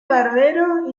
barbero